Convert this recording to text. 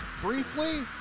briefly